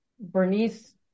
Bernice